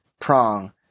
prong